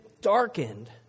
darkened